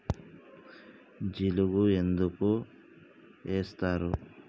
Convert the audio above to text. జిలుగు ఎందుకు ఏస్తరు?